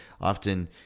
often